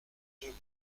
deux